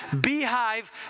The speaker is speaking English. Beehive